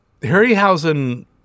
Harryhausen